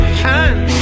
hands